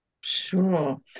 Sure